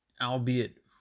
albeit